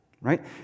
right